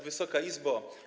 Wysoka Izbo!